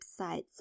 websites